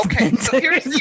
Okay